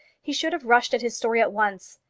he should have rushed at his story at once.